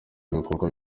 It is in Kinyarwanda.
ibikorwa